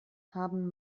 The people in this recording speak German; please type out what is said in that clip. haben